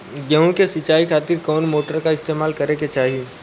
गेहूं के सिंचाई खातिर कौन मोटर का इस्तेमाल करे के चाहीं?